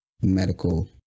medical